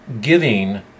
giving